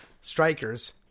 strikers